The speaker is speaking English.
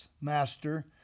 master